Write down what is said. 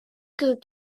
que